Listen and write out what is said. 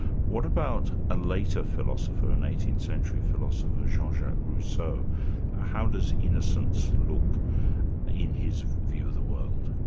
what about a later philosopher, an eighteenth century philosopher, jean-jacques rousseau. how does innocence look in his view of the world?